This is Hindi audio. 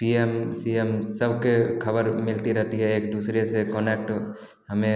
पी एम सी एम सबकी खबर मिलती रहती है एक दूसरे से कोनेक्ट हमें